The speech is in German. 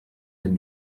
den